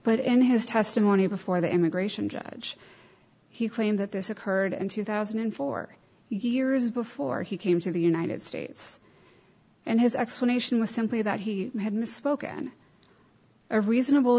but in his testimony before the immigration judge he claimed that this occurred in two thousand and four years before he came to the united states and his explanation was simply that he had misspoken a reasonable